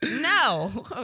no